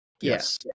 Yes